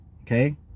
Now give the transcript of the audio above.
Okay